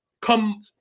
come